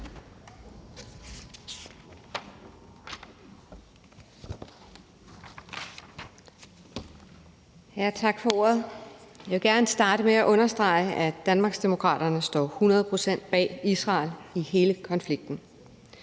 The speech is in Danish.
Tak for ordet. Jeg vil gerne starte med at understrege, at Danmarksdemokraterne står hundrede procent bag Israel i hele konflikten.